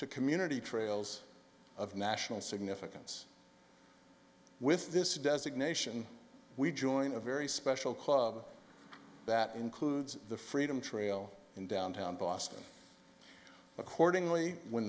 to community trails of national significance with this designation we join a very special club that includes the freedom trail in downtown boston accordingly when